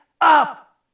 up